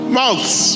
mouths